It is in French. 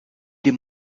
des